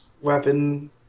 weapon